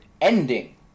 ending